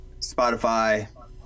Spotify